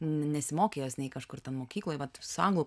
ne nesimokei jos nei kažkur ten mokykloj vat su anglų